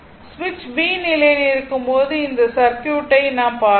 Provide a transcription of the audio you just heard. சுவிட்ச் b நிலையில் இருக்கும்போது இந்த சர்க்யூட் ஐ நாம் பாப்போம்